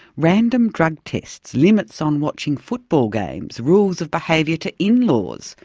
random drug tests, limits on watching football games, rules of behaviour to in-laws,